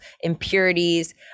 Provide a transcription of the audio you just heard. impurities